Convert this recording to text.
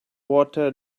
water